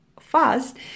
fast